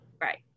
right